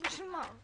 בשביל מה?